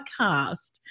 podcast